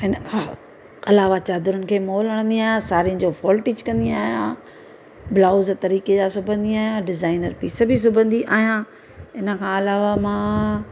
ऐं हिन अलावा चादरुनि खे मोल हणंदी आहियां साड़ियुणि जो फॉल स्टीच कंदी आहियां ब्लाउज़ तरीक़े जा सिबंदी आहियां डिज़ाइनर पिस बि सिबंदी आहियां इन खां अलावा मां